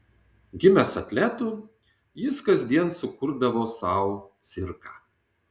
gimęs atletu jis kasdien sukurdavo sau cirką